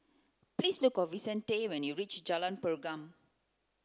please look for Vicente when you reach Jalan Pergam